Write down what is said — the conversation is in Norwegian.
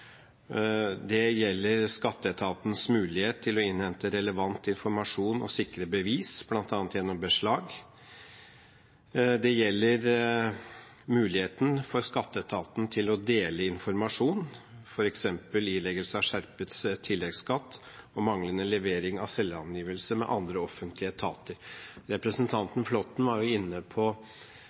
Det gjelder skatteetatens mulighet til å innhente relevant informasjon og sikre bevis, bl.a. gjennom beslag. Det gjelder muligheten for skatteetaten til å dele informasjon, f.eks. ileggelse av skjerpet tilleggsskatt og manglende levering av selvangivelse, med andre offentlige etater. Representanten Flåtten var inne på